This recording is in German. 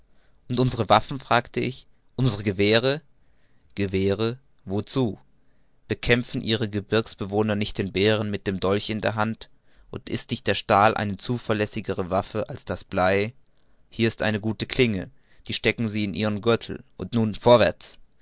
und unsere waffen fragte ich unsere gewehre gewehre wozu bekämpfen ihre gebirgsbewohner nicht den bären mit dem dolch in der hand und ist nicht der stahl eine zuverlässigere waffe als das blei hier ist eine gute klinge die stecken sie in ihren gürtel und nun vorwärts